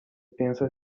pensa